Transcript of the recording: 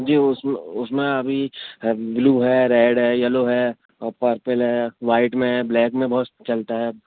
جی اس اس میں ابھی بلو ہے ریڈ ہے یلو ہے اور پرپل ہے وائٹ میں ہے بلیک میں بہت چلتا ہے